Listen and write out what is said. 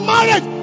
Marriage